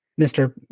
Mr